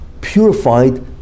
purified